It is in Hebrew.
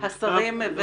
השרים צריכים לחתום.